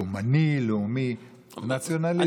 לאומני, לאומי, נציונליזם.